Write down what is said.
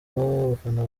abafana